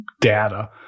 data